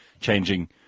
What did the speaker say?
changing